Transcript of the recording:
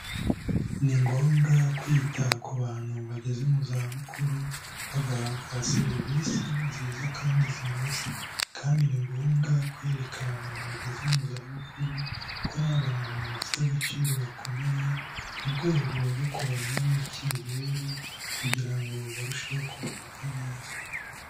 Ni ngombwa kwita ku bantu bageze mu zabukuru, bagahabwa serivisi nziza kandi zinoze, kandi ni ngombwa kwereka abantu bageze mu zabukuru ko ari abantu bafite agaciro gakomeye mu rwego rwo kubaremamo icyizere kugira ngo barusheho kugubwa neza.